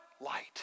light